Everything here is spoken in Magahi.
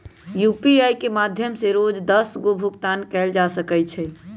यू.पी.आई के माध्यम से रोज दस गो भुगतान कयल जा सकइ छइ